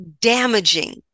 damaging